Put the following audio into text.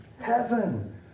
Heaven